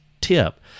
tip